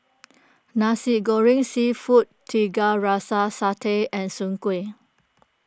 Nasi Goreng Seafood Tiga Rasa Satay and Soon Kway